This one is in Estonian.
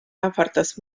ähvardas